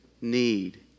need